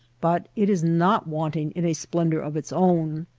but it is not wanting in a splendor of its own.